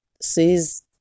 says